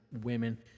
women